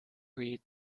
read